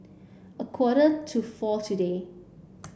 a quarter to four today